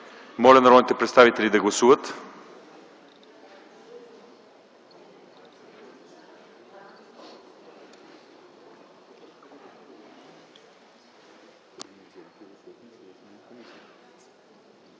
Моля народните представители да гласуват.